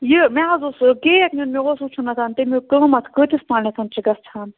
یہِ مےٚ حظ اوس کیک نیُن مےٚ اوس وُچھنَتھ تَمیُک قۭمَتھ کۭتِستانٮ۪تھ چھُ گژھان